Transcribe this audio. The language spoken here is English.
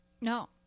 No